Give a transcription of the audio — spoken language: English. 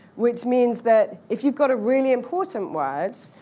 which means that if you've got a really important word,